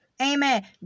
amen